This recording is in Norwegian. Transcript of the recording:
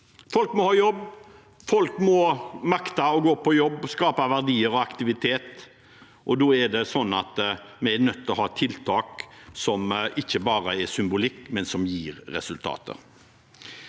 Folk må ha jobb, folk må makte å gå på jobb og skape verdier og aktivitet, og da er vi nødt til å ha tiltak som ikke bare er symbolikk, men som gir resultater.